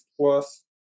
plus